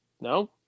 No